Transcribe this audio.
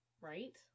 Right